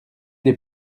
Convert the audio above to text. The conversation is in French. des